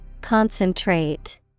Concentrate